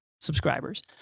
subscribers